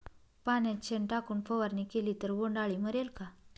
पाण्यात शेण टाकून फवारणी केली तर बोंडअळी मरेल का?